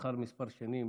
לאחר כמה שנים,